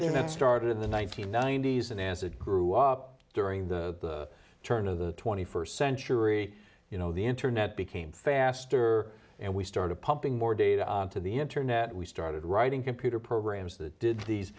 internet started in the one nine hundred ninety s and as it grew up during the turn of the twenty first century you know the internet became faster and we started pumping more data to the internet we started writing computer programs that did these